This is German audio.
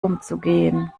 umzugehen